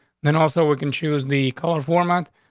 then also, we can choose the color for month.